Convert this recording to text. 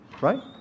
right